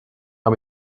air